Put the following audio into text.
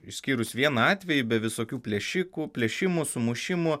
išskyrus vieną atvejį be visokių plėšikų plėšimų sumušimų